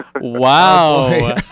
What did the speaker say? Wow